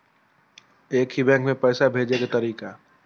एक ही बैंक मे पैसा भेजे के तरीका?